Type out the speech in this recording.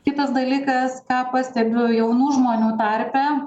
kitas dalykas ką pastebiu jaunų žmonių tarpe